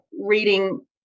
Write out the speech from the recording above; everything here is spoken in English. reading